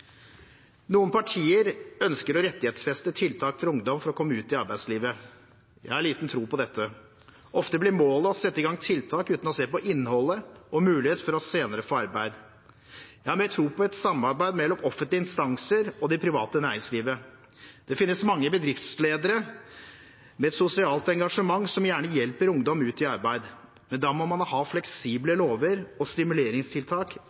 Noen partier ønsker å rettighetsfeste tiltak for ungdom for å komme ut i arbeidslivet. Jeg har liten tro på dette. Ofte blir målet å sette i gang tiltak uten å se på innholdet og mulighet for senere å få arbeid. Jeg har mer tro på et samarbeid mellom offentlige instanser og det private næringsliv. Det finnes mange bedriftsledere med et sosialt engasjement som gjerne hjelper ungdom ut i arbeid, men da må man ha fleksible lover og stimuleringstiltak